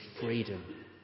freedom